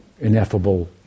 ineffable